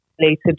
related